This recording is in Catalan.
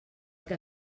que